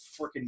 freaking